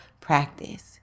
practice